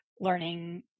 learning